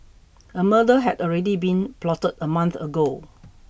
a murder had already been plotted a month ago